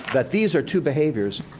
that these are two behaviors,